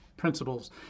Principles